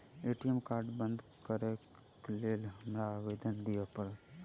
ATM card बंद करैक लेल हमरा आवेदन दिय पड़त?